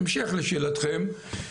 בהמשך לשאלתכם,